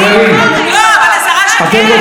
אתם רוצים לשמוע את שרת המשפטים,